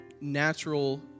natural